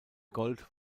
gold